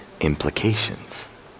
implications